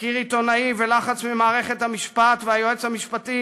תחקיר עיתונאי ולחץ ממערכת המשפט והיועץ המשפטי